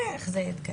נראה איך זה יהיה.